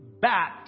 bat